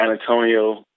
Antonio